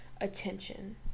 attention